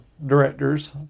Directors